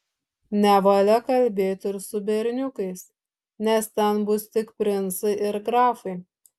nevalia kalbėti ir su berniukais nes ten bus tik princai ir grafai